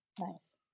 Nice